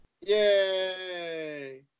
Yay